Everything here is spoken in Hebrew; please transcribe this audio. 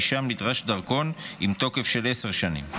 כי שם נדרש דרכון עם תוקף של עשר שנים.